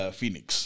Phoenix